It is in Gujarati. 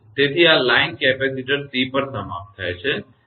તેથી આ લાઇન કેપેસિટર C પર સમાપ્ત થાય છે